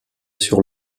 sur